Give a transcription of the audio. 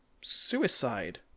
suicide